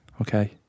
Okay